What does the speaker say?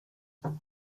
one